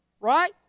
Right